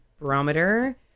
barometer